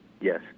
yes